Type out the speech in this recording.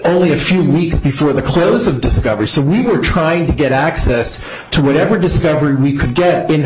only a few weeks before the close of discovery so we were trying to get access to whatever discovery we could get in